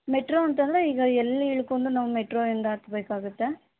metro ಅಂತಂದ್ರೆ ಈಗ ಎಲ್ಲಿ ಇಳ್ಕೊಂಡು ನಾವು ಮೆಟ್ರೋದಿಂದ ಹತ್ಬೇಕಾಗುತ್ತೆ